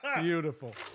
Beautiful